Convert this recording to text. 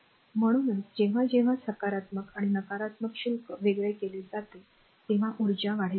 म्हणूनच जेव्हा जेव्हा सकारात्मक आणि नकारात्मक शुल्क वेगळे केले जाते तेव्हा ऊर्जा वाढविली जाते